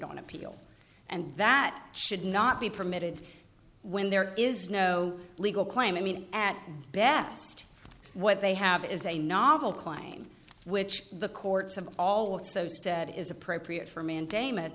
on appeal and that should not be permitted when there is no legal claim i mean at best what they have is a novel claim which the courts have all it so said is appropriate for mandam